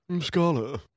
Scholar